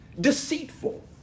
deceitful